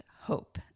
hope